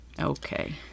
Okay